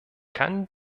kann